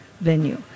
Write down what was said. venue